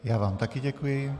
Já vám také děkuji.